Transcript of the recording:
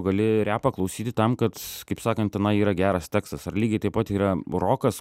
gali repą klausyti tam kad kaip sakant tenai yra geras tekstas ar lygiai taip pat yra rokas